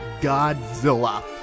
Godzilla